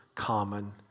common